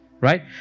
Right